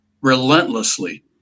relentlessly